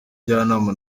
njyanama